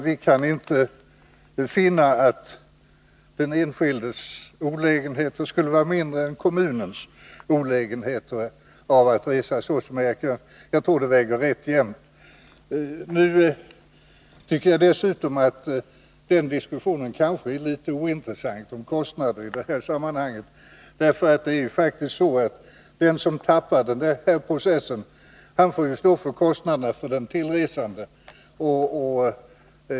Vi kan inte finna att den enskildes olägenheter skulle vara mindre än kommunens tjänstemäns olägenheter av att resa, såsom Eric Jönsson säger. Jag tror att de väger rätt jämt. Jag tycker dessutom att diskussionen om kostnaderna kanske är litet ointressant i detta sammanhang, därför att det faktiskt är så att den som förlorar färdprocessen kan få stå för kostnaderna för den tillresande.